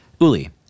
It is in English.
Uli